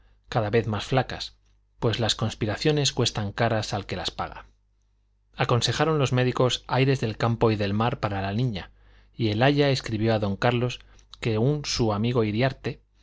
cada vez más flacas pues las conspiraciones cuestan caras al que las paga aconsejaron los médicos aires del campo y del mar para la niña y el aya escribió a don carlos que un su amigo iriarte